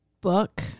book